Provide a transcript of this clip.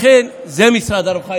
לכן, זה משרד הרווחה.